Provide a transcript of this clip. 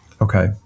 Okay